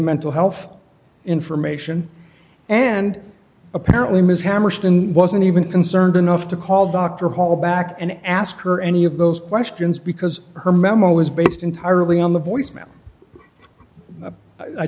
mental health information and apparently ms hammerstein wasn't even concerned enough to call dr hall back and ask her any of those questions because her memo is based entirely on the voicemail i